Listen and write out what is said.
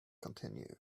continue